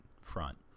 front